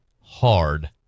Hard